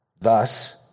Thus